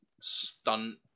stunt